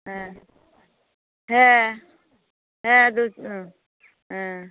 হ্যাঁ হ্যাঁ হ্যাঁ জুতো হ্যাঁ